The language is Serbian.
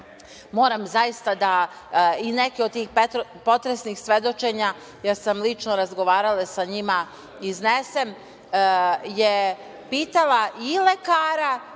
moram zaista da neka od tih potresnih svedočenja, jer sam lično razgovarala sa njima, iznesem, pitala i lekara